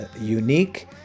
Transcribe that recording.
unique